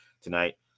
tonight